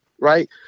right